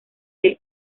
del